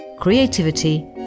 creativity